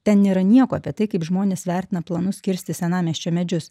ten nėra nieko apie tai kaip žmonės vertina planus kirsti senamiesčio medžius